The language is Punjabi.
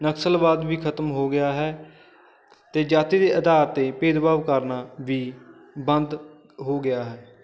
ਨਕਸਲਵਾਦ ਵੀ ਖਤਮ ਹੋ ਗਿਆ ਹੈ ਅਤੇ ਜਾਤੀ ਦੇ ਆਧਾਰ 'ਤੇ ਭੇਦਭਾਵ ਕਰਨਾ ਵੀ ਬੰਦ ਹੋ ਗਿਆ ਹੈ